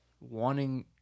wanting